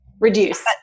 Reduce